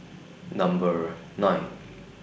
Number nine